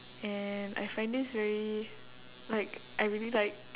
and I find this very like I really like